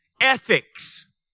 ethics